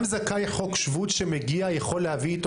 גם זכאי חוק שבות שמגיע יכול להביא איתו